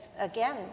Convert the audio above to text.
again